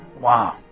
Wow